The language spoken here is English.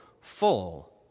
full